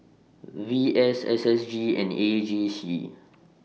V S S S G and A J C